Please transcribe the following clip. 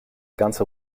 ganze